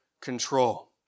control